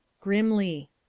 Grimly